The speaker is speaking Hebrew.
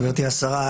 גברתי השרה,